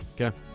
Okay